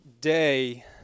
day